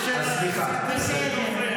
יש עוד מלא דוברים.